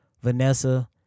Vanessa